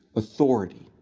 authority,